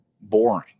boring